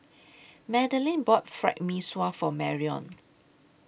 Madalyn bought Fried Mee Sua For Marion